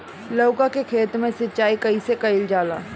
लउका के खेत मे सिचाई कईसे कइल जाला?